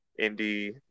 indie